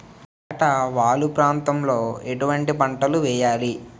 ఏటా వాలు ప్రాంతం లో ఎటువంటి పంటలు వేయాలి?